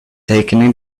taken